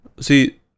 See